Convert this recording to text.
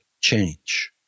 change